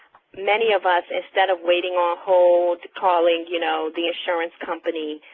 many of us instead of waiting on hold, calling you know, the insurance company,